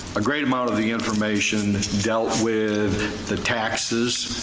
a great amount of the information dealt with the taxes,